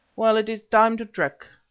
well, it is time to trek,